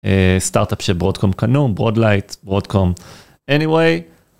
סטארטאפ שברודקום קנו, ברודלייט, ברודקום. anyway